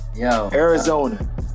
Arizona